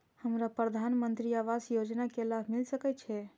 हमरा प्रधानमंत्री आवास योजना के लाभ मिल सके छे?